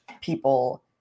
people